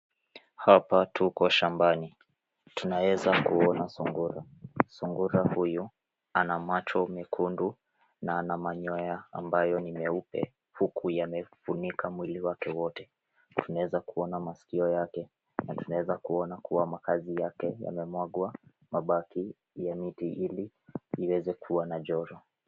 Hapa tuko shambani. Tunaweza kuona sungura . Sungura huyu ana macho mekundu na ana manyoya ambayo ni meupe, huku yamefunika mwili wake wote. Tunaweza kuona masikio yake na tunaweza kuona kuwa makazi yake yamemwagwa mabaki ya miti ili iweze kuwa na joto.